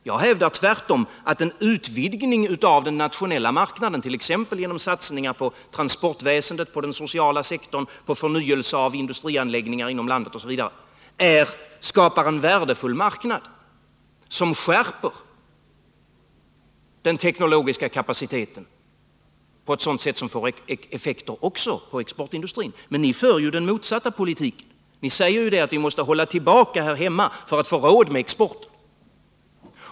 Jag hävdar tvärtom att en utvidgning av den nationella marknaden, t.ex. genom satsningar på transportväsendet, på den sociala sektorn, på förnyelse av industrianläggningar inom landet osv., skapar en värdefull marknad som skärper den teknologiska kapaciteten på ett sådant sätt att det får effekter också på exportindustrin. Men ni för ju den motsatta politiken. Ni säger att vi måste hålla tillbaka här hemma för att få råd med export.